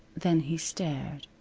then he stared.